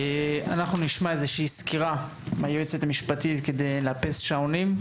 אנחנו נשמע איזושהי סקירה מהיועצת המשפטית כדי לאפס שעונים.